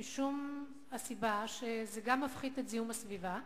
משום שזה מפחית את זיהום הסביבה,